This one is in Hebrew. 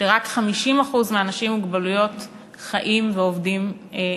שרק 50% מהאנשים עם מוגבלויות בישראל חיים ועובדים,